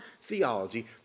theology